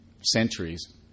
centuries